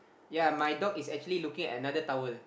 ya my dog is actually looking at another towel